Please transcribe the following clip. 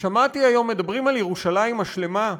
שמעתי היום שמדברים על ירושלים השלמה.